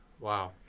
Wow